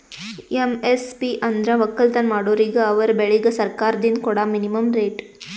MSP ಅಂದ್ರ ವಕ್ಕಲತನ್ ಮಾಡೋರಿಗ ಅವರ್ ಬೆಳಿಗ್ ಸರ್ಕಾರ್ದಿಂದ್ ಕೊಡಾ ಮಿನಿಮಂ ರೇಟ್